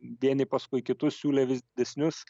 vieni paskui kitus siūlė vis didesnius